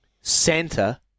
Santa